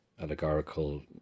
allegorical